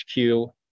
HQ